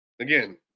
Again